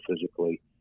physically